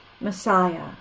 Messiah